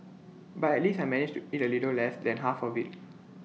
but at least I managed to eat A little less than half of IT